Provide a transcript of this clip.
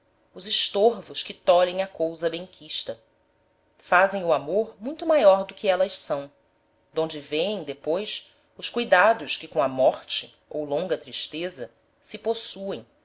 os estorvos que tolhem a cousa bem quista fazem o amor muito maior do que élas são d'onde veem depois os cuidados que com a morte ou longa tristeza se possuem